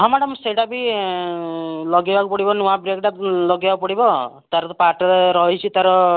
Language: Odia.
ହଁ ମ୍ୟାଡ଼ାମ୍ ସେଇଟା ବି ଲଗେଇବାକୁ ପଡ଼ିବ ନୂଆ ବ୍ରେକ୍ଟା ଲଗାଇବାକୁ ପଡ଼ିବ ତାର ପାର୍ଟରେ ରହିଛି ତାର